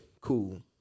cool